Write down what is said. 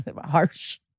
Harsh